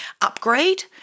upgrade